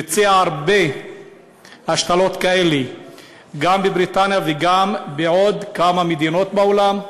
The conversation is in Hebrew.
הוא ביצע הרבה השתלות כאלה גם בבריטניה וגם בעוד כמה מדינות בעולם.